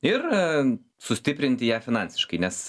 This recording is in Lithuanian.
ir sustiprinti ją finansiškai nes